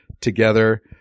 together